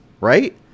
right